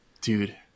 dude